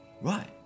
Right